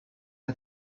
are